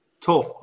tough